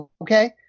okay